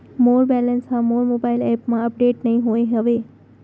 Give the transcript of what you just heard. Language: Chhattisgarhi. मोर बैलन्स हा मोर मोबाईल एप मा अपडेट नहीं होय हवे